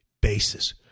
basis